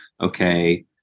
Okay